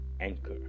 Anchor